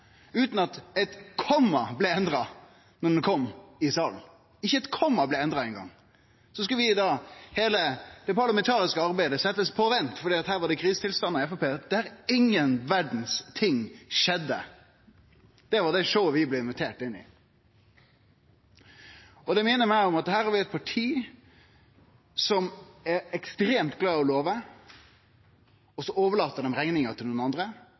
utan at eit komma blei endra da saka kom i salen, ikkje eingong eit komma blei endra. Så skulle da heile det parlamentariske arbeidet bli sett på vent, fordi det var krisetilstandar i Framstegspartiet, der ingen verdas ting skjedde. Det var det showet vi blei invitert inn i. Det minner meg om at her har vi eit parti som er ekstremt glad i å love, og så overlèt ein rekninga til andre,